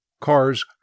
Cars